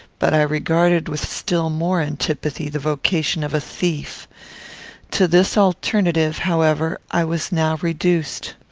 but i regarded with still more antipathy the vocation of a thief to this alternative, however, i was now reduced.